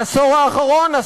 בעשור האחרון,